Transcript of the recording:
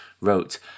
wrote